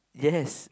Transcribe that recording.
yes